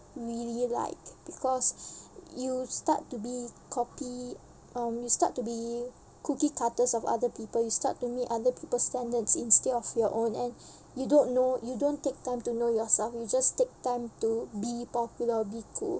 really like because you start to be copy um you start to be cookie cutters of other people you start to meet other people standards instead of your own and you don't know you don't take time to know yourself you just take time to be popular be cool